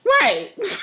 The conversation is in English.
Right